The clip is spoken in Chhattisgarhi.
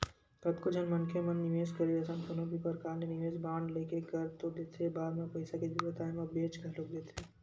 कतको झन मनखे मन निवेस करे असन कोनो भी परकार ले निवेस बांड लेके कर तो देथे बाद म पइसा के जरुरत आय म बेंच घलोक देथे